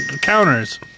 counters